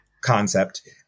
concept